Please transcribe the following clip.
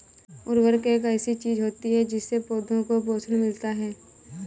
उर्वरक एक ऐसी चीज होती है जिससे पौधों को पोषण मिलता है